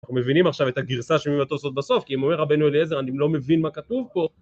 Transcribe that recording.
אנחנו מבינים עכשיו את הגרסה של התוספות בסוף, כי אם אומר רבנו אליעזר, אני לא מבין מה כתוב פה.